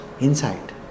inside